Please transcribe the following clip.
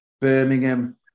Birmingham